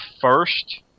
first